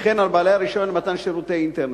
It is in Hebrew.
וכן את בעלי הרשיון למתן שירותי אינטרנט.